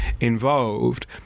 involved